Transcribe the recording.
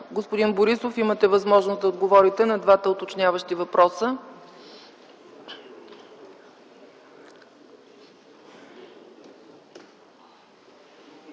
Министър Попова, имате възможност да отговорите на двата уточняващи въпроса.